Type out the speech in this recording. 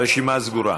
הרשימה סגורה.